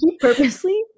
purposely